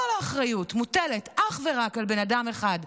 כל האחריות מוטלת אך ורק על בן אדם אחד,